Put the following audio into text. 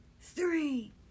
three